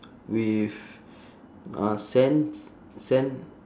with uh sands sand